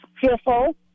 fearful